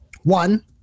one